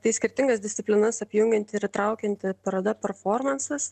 tai skirtingas disciplinas apjungianti ir įtraukianti paroda performansas